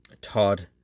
Todd